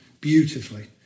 beautifully